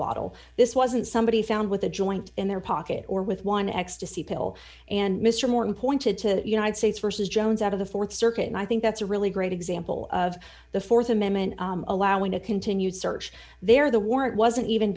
bottle this wasn't somebody found with a joint in their pocket or with one ecstasy pill and mr morton pointed to the united states versus jones out of the th circuit and i think that's a really great example of the th amendment allowing a continued search there the warrant wasn't even